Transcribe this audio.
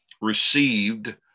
received